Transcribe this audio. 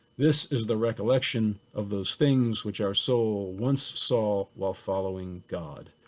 this is the recollection of those things which are so once saw while following god.